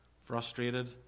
frustrated